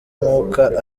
umwuka